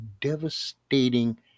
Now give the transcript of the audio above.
devastating